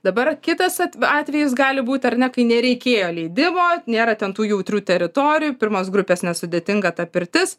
dabar kitas atve atvejis gali būti ar ne kai nereikėjo leidimo nėra ten tų jautrių teritorijų pirmos grupės nesudėtingą ta pirtis